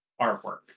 artwork